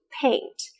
paint